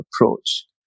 approach